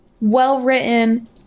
well-written